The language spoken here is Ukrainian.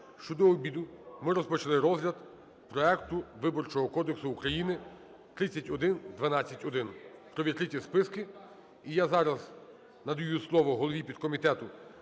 що до обіду ми розпочали розгляд проекту Виборчого кодексу України (3112-1) про відкриті списки. І я зараз надаю слово голові підкомітету